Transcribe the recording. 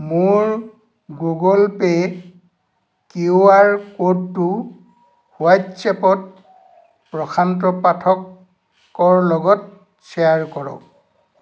মোৰ Google Pay QR ক'ডটো হোৱাট্ছএপত প্ৰশান্ত পাঠকৰ লগত শ্বেয়াৰ কৰক